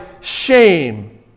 shame